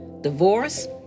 divorce